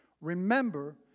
remember